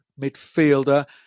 midfielder